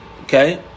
Okay